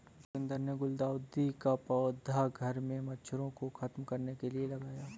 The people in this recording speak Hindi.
जोगिंदर ने गुलदाउदी का पौधा घर से मच्छरों को खत्म करने के लिए लगाया